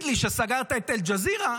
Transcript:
אל-ג'זירה,